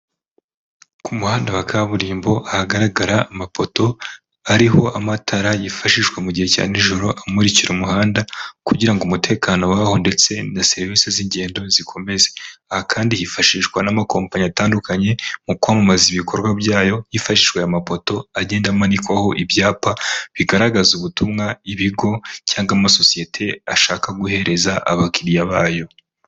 Ku muhanda wa kaburimbo ahagaragara amapoto ariho amatara yifashishwa mu gihe cya nijoro amurikira umuhanda kugira ngo umutekano waho ndetse na serivisi z'ingendo zikomeze aha kandi hifashishwa n'amakompanyi atandukanye mu kwamamaza ibikorwa byayo hifashishwa amafoto agenda amanikwaho ibyapa bigaragaza ubutumwa ibigo cyangwa amasosiyete ashaka kohereza abakiriya bayo.